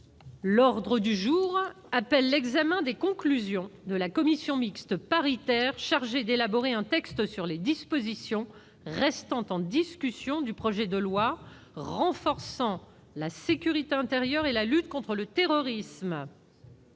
L'ordre du jour appelle l'examen des conclusions de la commission mixte paritaire chargée d'élaborer un texte sur les dispositions restant en discussion du projet de loi renforçant la sécurité intérieure et la lutte contre le terrorisme